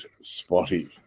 spotty